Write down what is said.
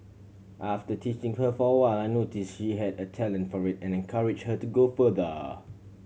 after teaching her for a while I notice she had a talent for it and encourage her to go further